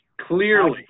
Clearly